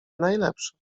najlepsze